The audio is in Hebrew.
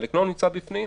חלק לא נמצא בפנים,